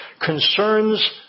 concerns